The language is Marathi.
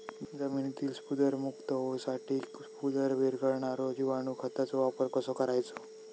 जमिनीतील स्फुदरमुक्त होऊसाठीक स्फुदर वीरघळनारो जिवाणू खताचो वापर कसो करायचो?